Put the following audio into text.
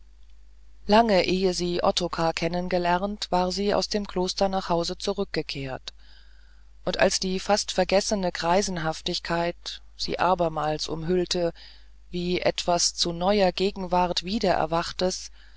lange ehe sie ottokar kennengelernt war sie aus dem kloster nach hause zurückgekehrt und als die fast vergessene greisenhaftigkeit sie abermals umhüllte wie etwas zu neuer gegenwart wiedererwachtes